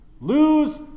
lose